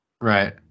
Right